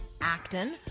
Acton